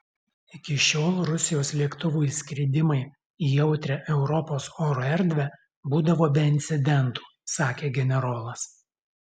iki šiol rusijos lėktuvų įskridimai į jautrią europos oro erdvę būdavo be incidentų sakė generolas